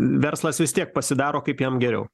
verslas vis tiek pasidaro kaip jam geriau